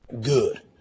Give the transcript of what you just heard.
Good